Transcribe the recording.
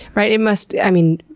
right. it must. i mean,